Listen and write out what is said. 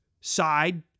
side